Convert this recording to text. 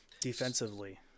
Defensively